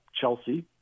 Chelsea